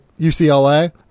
UCLA